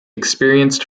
experienced